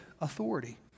authority